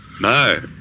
No